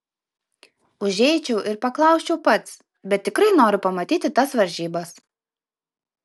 užeičiau ir paklausčiau pats bet tikrai noriu pamatyti tas varžybas